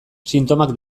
sintomak